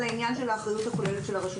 על העניין של האחריות הכוללת של הרשות